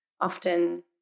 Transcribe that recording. often